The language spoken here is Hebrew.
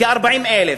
כ-40,000,